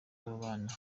bana